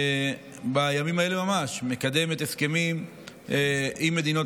בימים האלה ממש מקדמת הסכמים עם מדינות